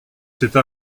cette